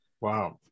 wow